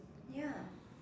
ya